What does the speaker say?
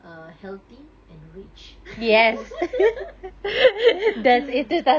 err healthy and rich